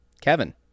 kevin